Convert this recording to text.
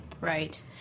Right